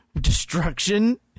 Destruction